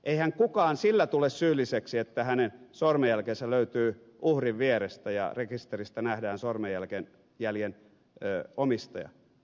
eihän kukaan sillä tule syylliseksi että hänen sormenjälkensä löytyy uhrin vierestä ja rekisteristä nähdään sormenjäljen omistaja